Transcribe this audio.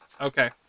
Okay